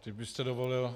Kdybyste dovolil...